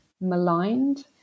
maligned